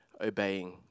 obeying